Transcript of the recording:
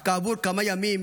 אולם כעבור כמה ימים